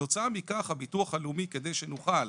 תוצאה מכך הביטוח הלאומי כדי שנוכל,